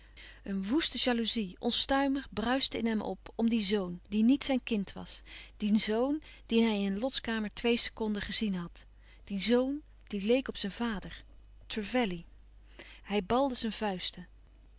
een woeste jaloezie onstuimig bruischte in hem op om dien zoon die niet zijn kind was dien zoon dien hij in lots kamer twee seconden gezien had dien zoon die leek op zijn vader trevelley hij balde zijn vuisten